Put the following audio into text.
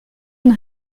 une